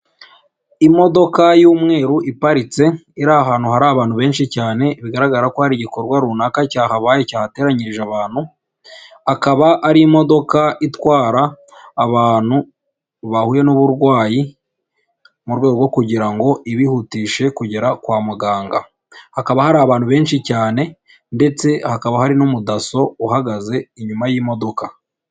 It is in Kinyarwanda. Imodoka y'umweru iparitse, iri ahantu hari abantu benshi cyane, bigaragara ko hari igikorwa runaka cyahabaye cyahateranyirije abantu. Akaba ari imodoka itwara abantu bahuye n'uburwayi, mu rwego rwo kugira ngo ibihutishe kugera kwa muganga. Hakaba hari abantu benshi cyane ndetse hakaba hari n'umudaso uhagaze inyuma y'imodoka.